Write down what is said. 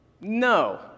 no